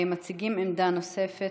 מציגים עמדה נוספת,